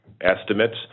estimates